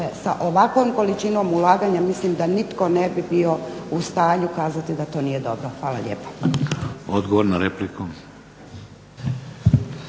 sa ovakvom količinom ulaganja mislim da nitko ne bi bio u stanju kazati da to nije dobro. Hvala lijepa. **Šeks,